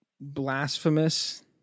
blasphemous